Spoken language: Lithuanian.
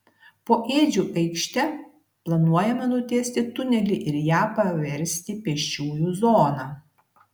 po ėdžių aikšte planuojama nutiesti tunelį ir ją paversti pėsčiųjų zona